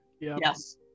Yes